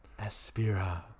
Aspira